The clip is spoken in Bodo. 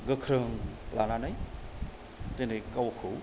गोख्रों लानानै दिनै गावखौ